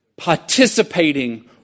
participating